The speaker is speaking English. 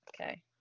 Okay